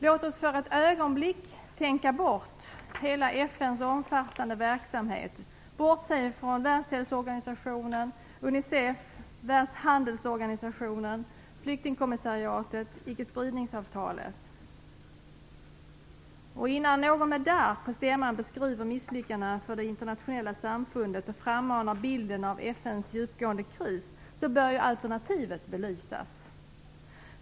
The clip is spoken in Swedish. Låt oss för ett ögonblick tänka bort hela FN:s omfattande verksamhet, bortse från Världshälsoorganisationen, Unicef, Världshandelsorganisationen, flyktingkommissariatet och icke-spridningsavtalet. Innan någon med darr på stämman beskriver misslyckanden för det internationella samfundet och frammanar bilden av FN:s djupgående kris bör alternativet belysas.